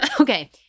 Okay